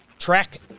Track